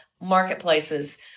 marketplaces